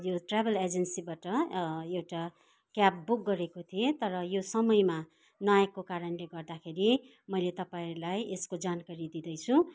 यो ट्राभल एजेन्सीबाट एउटा क्याब बुक गरेको थिएँ तर यो समयमा नआएको कारणले गर्दाखेरि मैले तपाईँलाई यसको जानकारी दिँदैछु